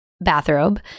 bathrobe